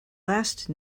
last